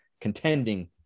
contending